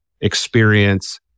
experience